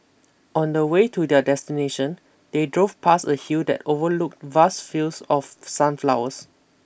on the way to their destination they drove past a hill that overlooked vast fields of sunflowers